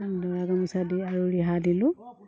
দৰা গামোচা দি আৰু ৰিহা দিলোঁ